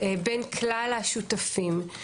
בין כלל השותפים.